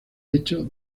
hecho